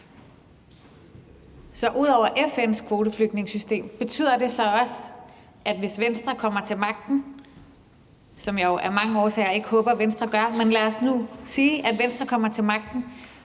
ud over FN's kvoteflygtningesystem – hvis Venstre kommer til magten, som jeg jo af mange årsager ikke håber at Venstre gør, men lad os nu sige, at Venstre kommer til magten